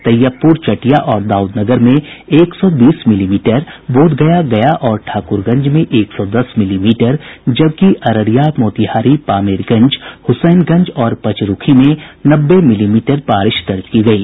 तैयबपूर चटिया और दाउदनगर में एक सौ बीस मिलीमीटर बोधगया गया और ठाक्रगंज में एक सौ दस मिलीमीटर जबकि अररिया मोतिहारी पामेरगंज हुसैनगंज और पचरूखी में नब्बे मिलीमीटर बारिश दर्ज की गयी